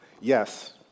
yes